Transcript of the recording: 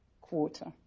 quarter